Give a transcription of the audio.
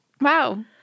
Wow